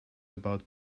about